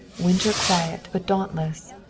winter-quiet but dauntless,